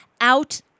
out